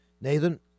Nathan